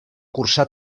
cursar